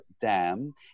dam